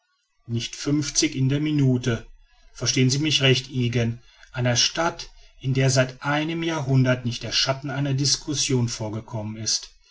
nicht fünfzig in der minute verstehen sie mich recht ygen eine stadt in der seit einem jahrhundert nicht der schatten einer discussion vorgekommen ist